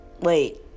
Wait